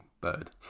bird